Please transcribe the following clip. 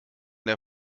der